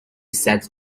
said